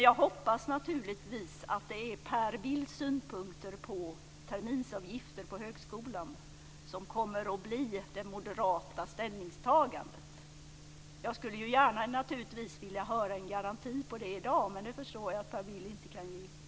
Jag hoppas naturligtvis att det är Per Bills synpunkter på terminsavgifter på högskolan som kommer att bli det moderata ställningstagandet. Jag skulle naturligtvis gärna vilja ha en garanti för det i dag, men jag förstår att Per Bill inte kan ge det.